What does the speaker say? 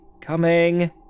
coming